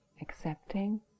accepting